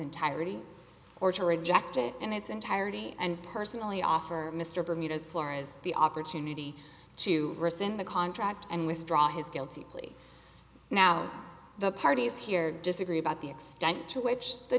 entirety or to reject it in its entirety and personally offer mr bermudez flora's the opportunity to rescind the contract and withdraw his guilty plea now the parties here disagree about the extent to which the